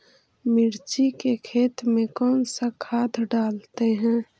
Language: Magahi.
मिर्ची के खेत में कौन सा खाद डालते हैं?